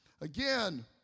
Again